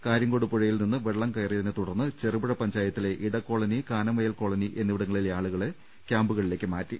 കാര്യങ്കോട് പുഴയിൽനിന്ന് വെള്ളം കയറിയതി നെത്തുടർന്ന് ചെറുപുഴ പഞ്ചായത്തിലെ ഇടക്കോളനി കാനം വയൽ കോളനി എന്നിവിടങ്ങളിലെ ആളുകളെ ദുരിതാശ്ചാസ ക്യാമ്പുകളിലേക്ക് മാറ്റി